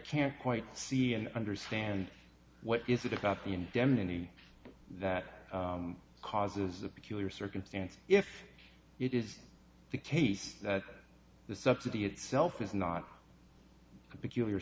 can't quite see and understand what is it about the indemnity that causes a peculiar circumstance if it is the case that the subsidy itself is not a peculiar